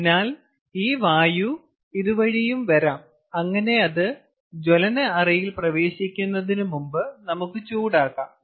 അതിനാൽ ഈ വായു ഇതുവഴിയും വരാം അങ്ങനെ അത് ജ്വലന അറയിൽ പ്രവേശിക്കുന്നതിന് മുമ്പ് നമുക്ക് ചൂടാക്കാം